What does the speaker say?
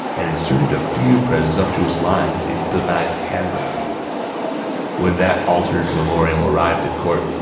and inserted a few presumptuous lines in deng ai's handwriting when that altered memorial arrived at court,